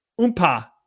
Oompa